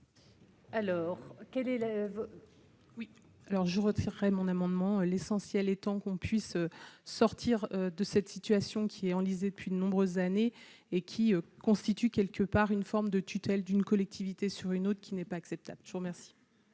Alors je retirerai mon amendement, l'essentiel étant qu'on puisse sortir de cette situation qui est enlisé depuis de nombreuses années et qui constituent quelque part une forme de tutelle d'une collectivité, sur une autre qui n'est pas acceptable, je remercie.